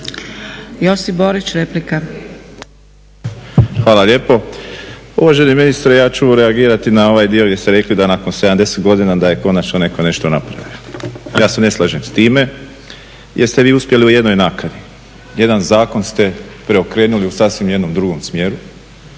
Josip (HDZ)** Hvala lijepo. Uvaženi ministre ja ću reagirati na ovaj dio gdje ste rekli da nakon 70 godina da je konačno netko nešto napravio. Ja se ne slažem s time jer ste vi uspjeli u jednoj nakani, jedan zakon ste preokrenuli u sasvim jednom drugom smjeru